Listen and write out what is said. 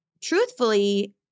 truthfully